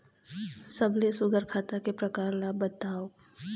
सबले सुघ्घर खाता के प्रकार ला बताव?